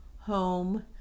home